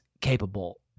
capable